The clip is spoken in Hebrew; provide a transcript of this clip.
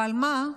אבל מה,